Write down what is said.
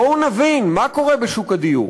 בואו ונבין מה קורה בשוק הדיור.